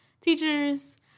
teachers